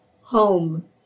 home